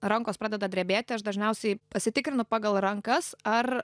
rankos pradeda drebėti aš dažniausiai pasitikrinu pagal rankas ar